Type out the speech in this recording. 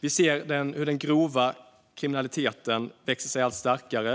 Vi ser hur den grova kriminaliteten växer sig allt starkare.